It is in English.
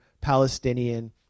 Palestinian